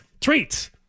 treats